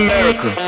America